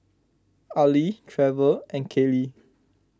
Arlie Trevor and Kalie